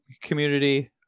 community